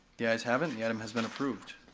the ayes have it, the item has been approved.